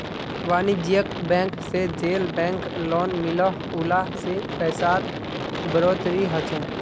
वानिज्ज्यिक बैंक से जेल बैंक लोन मिलोह उला से पैसार बढ़ोतरी होछे